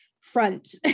front